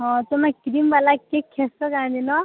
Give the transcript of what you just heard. ହଁ ତୁମେ କ୍ରିମ୍ବାଲା